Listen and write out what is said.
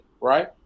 right